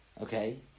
Okay